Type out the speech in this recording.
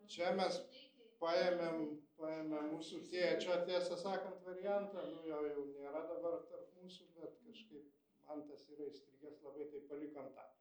čia mes paėmėm paėmėm mūsų tėčio tiesą sakant variantą nu jo jau nėra dabar tarp mūsų bet kažkaip man tas yra įstrigęs labai tai palikom tą